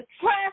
trust